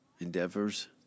endeavors